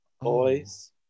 Boys